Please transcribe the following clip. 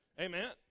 Amen